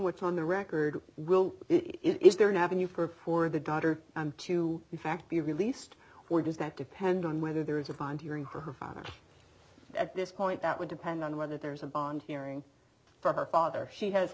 what's on the record will it is there an avenue for for the daughter to be fact be released or does that depend on whether there is a bond hearing for her father at this point that would depend on whether there's a bond hearing for her father she has